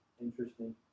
Interesting